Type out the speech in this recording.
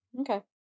Okay